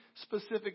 specific